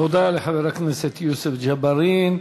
תודה לחבר הכנסת יוסף ג'בארין.